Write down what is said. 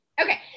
okay